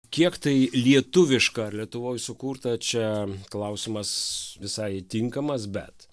kiek tai lietuviška ar lietuvoj sukurta čia klausimas visai tinkamas bet